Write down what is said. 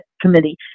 committee